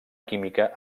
química